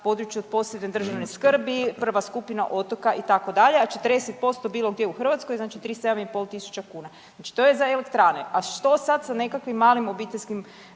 području od posebne državne skrbi, prva skupina otoka itd., a 40% bilo gdje u Hrvatskoj, znači 37.500 kuna. Znači to je za elektrane. A što je sad sa nekakvim malim obiteljskim,